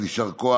אז יישר כוח